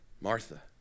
Martha